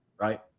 Right